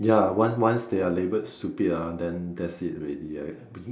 ya one once they are labelled stupid ah then that's it already ah it's a big